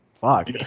Fuck